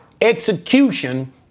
Execution